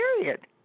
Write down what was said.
period